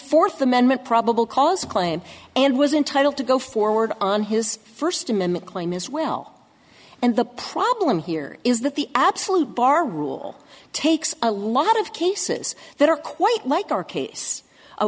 fourth amendment probable cause claim and was entitled to go forward on his first amendment claim as well and the problem here is that the absolute bar rule takes a lot of cases that are quite like